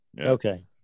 Okay